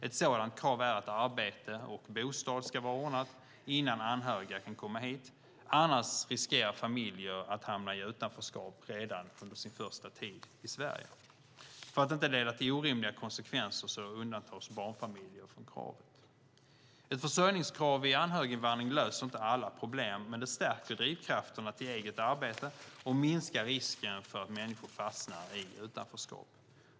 Ett sådant krav är att arbete och bostad ska vara ordnade innan anhöriga kan komma hit, annars riskerar familjer att hamna i utanförskap redan under sin första tid i Sverige. För att det inte ska leda till orimliga konsekvenser undantas barnfamiljer från kravet. Ett försörjningskrav i anhöriginvandringen löser inte alla problem, men det stärker drivkrafterna till eget arbete och minskar risken för att människor fastnar i utanförskap.